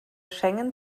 schengen